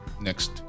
next